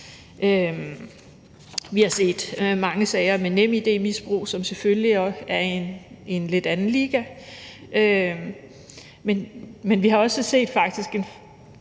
Vi har set mange sager med misbrug af NemID, som selvfølgelig er i en lidt anden liga, men vi har faktisk